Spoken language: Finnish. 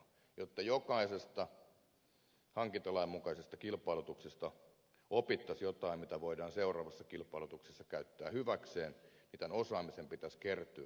jotta jokaisesta hankintalain mukaisesta kilpailutuksesta opittaisiin jotain mitä voidaan seuraavassa kilpailutuksessa käyttää hyväksi niin tämän osaamisen pitäisi kertyä jonnekin